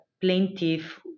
plaintiff